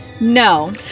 no